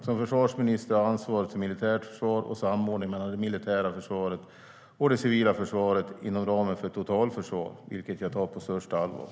Som försvarsminister har jag ansvar för militärt försvar och samordning mellan det militära försvaret och det civila försvaret inom ramen för totalförsvar, vilket jag tar på största allvar.